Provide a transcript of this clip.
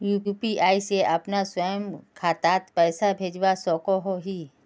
UPI से अपना स्वयं खातात पैसा भेजवा सकोहो ही?